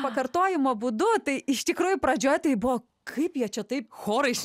pakartojimo būdu tai iš tikrųjų pradžioj tai buvo kaip jie čia taip chorais